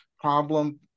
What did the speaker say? problem